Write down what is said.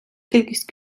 кількість